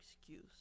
excuse